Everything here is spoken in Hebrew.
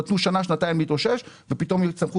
נתנו שנה-שנתיים להתאושש ופתאום צמחו